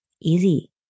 easy